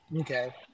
okay